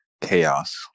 Chaos